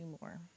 more